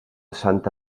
santa